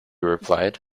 replied